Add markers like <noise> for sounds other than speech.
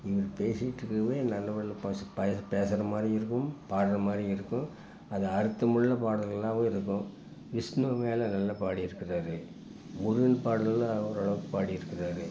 இவர் பேசிக்கிட்டிருக்குறது கூட நல்ல <unintelligible> பசு பேசுறமாரியும் இருக்கும் பாடுறமாரியும் இருக்கும் அது அர்த்தமுள்ள பாடல்களாகவும் இருக்கும் விஷ்ணு மேலே நல்ல பாடி இருக்கிறாரு முருகன் பாடல்களெலாம் ஓரளவுக்கு பாடி இருக்கிறாரு